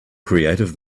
creative